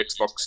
Xbox